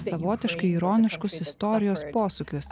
savotiškai ironiškus istorijos posūkius